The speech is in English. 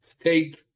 take